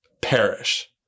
perish